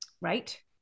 Right